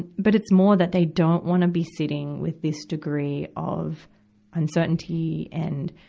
but it's more that they don't wanna be sitting with this degree of uncertainty and,